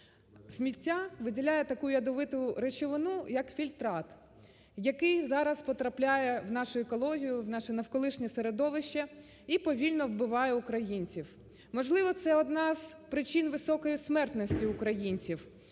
Сміття виділяє таку ядовиту речовину, як фільтрат, який зараз потрапляє в нашу екологію, в наше навколишнє середовище і повільно вбиває українців. Можливо, це одна з причин високої смертності українців,